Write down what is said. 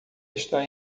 está